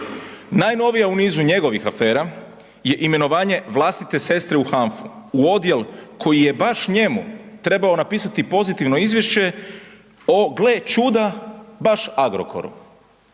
Najnovija u nizu njegovih afera je imenovanje vlastite sestre u HANFU, u odjel koji je baš njemu trebao napisati pozitivno izvješće o gle čuda baš Agrokoru.